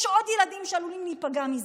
יש עוד ילדים שעלולים להיפגע מזה,